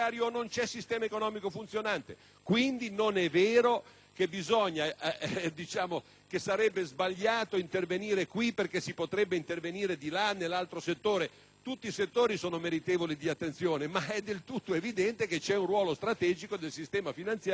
quindi non è vero che sarebbe sbagliato intervenire sulle banche perché poi si dovrebbe farlo anche in altri settori. Tutti i settori sono meritevoli di attenzione, ma è del tutto evidente che esiste un ruolo strategico del sistema finanziario per la ragione che ho detto.